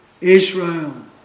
Israel